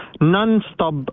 non-stop